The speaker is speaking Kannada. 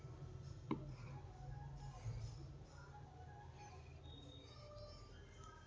ಹೆಣ್ಣು ಹೂವಿನ ಮೂಲಕ ಗಂಡು ಹೂವಿನೊಂದಿಗೆ ಆಗುವ ಪರಾಗಸ್ಪರ್ಶ ಕ್ರಿಯೆ